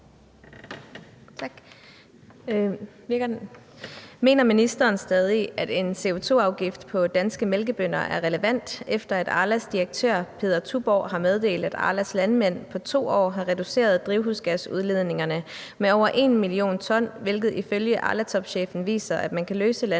Mener ministeren stadig, at en CO2-afgift på danske mælkebønder er relevant, efter at Arlas direktør, Peder Tuborgh, har meddelt, at Arlas landmænd på 2 år har reduceret drivhusgasudledningerne med over 1 mio. t, hvilket ifølge Arlatopchefen viser, at man kan løse landbrugets